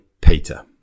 Peter